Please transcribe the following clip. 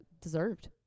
deserved